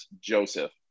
Joseph